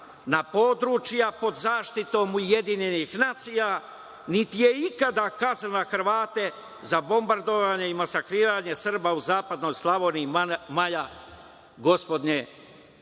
na područja pod zaštitom UN, niti je ikada kaznila Hrvate za bombardovanje i masakriranje Srba u zapadnoj Slavoniji maja gospodnje 1995.